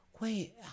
Wait